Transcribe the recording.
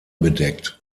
bedeckt